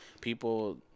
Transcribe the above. people